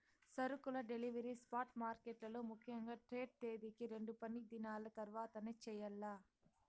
సరుకుల delivery spot మార్కెట్లలో ముఖ్యంగా ట్రేడ్ తేదీకి రెండు పనిదినాల తర్వాతనే చెయ్యాల్ల